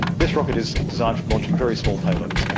this rocket is designed for launching very small payloads,